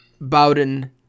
bowden